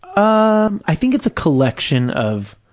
um i think it's a collection of